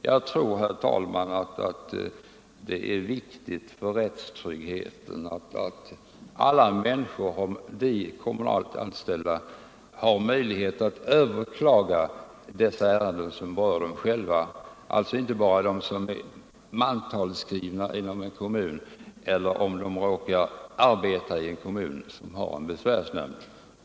Jag tror, herr talman, att det är viktigt för rättstryggheten att alla kommunalt anställda har möjlighet att överklaga beslut som berör dem själva. Nr 105 Denna möjlighet får inte gälla bara dem som är mantalsskrivna eller råkar Onsdagen den arbeta i en kommun som har besvärsnämnd.